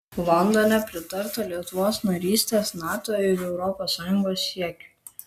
londone pritarta lietuvos narystės nato ir europos sąjungoje siekiui